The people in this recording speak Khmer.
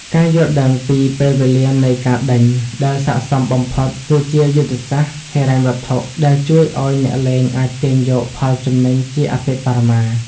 ការយល់ដឹងពី "ពេលវេលានៃការដេញ" ដែលស័ក្តិសមបំផុត គឺជាយុទ្ធសាស្ត្រហិរញ្ញវត្ថុដែលជួយឱ្យអ្នកលេងអាចទាញយកផលចំណេញជាអតិបរមា។